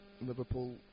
Liverpool